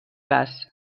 gas